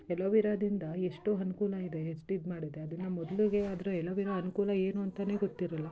ಎಲೋವಿರಾದಿಂದ ಎಷ್ಟೋ ಅನ್ಕೂಲ ಇದೆ ಎಷ್ಟು ಇದು ಮಾಡಿದೆ ಅದನ್ನು ಮೊದ್ಲಿಗೆ ಅದರ ಎಲೋವಿರಾ ಅನುಕೂಲ ಏನು ಅಂತಲೇ ಗೊತ್ತಿರೋಲ್ಲ